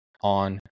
on